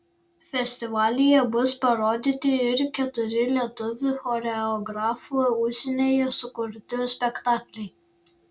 festivalyje bus parodyti ir keturi lietuvių choreografų užsienyje sukurti spektakliai